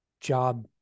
job